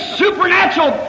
supernatural